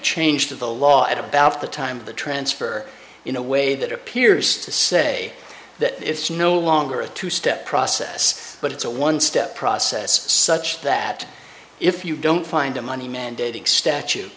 changed the law at about the time of the transfer in a way that appears to say that it's no longer a two step process but it's a one step process such that if you don't find a money mandating statu